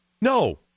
No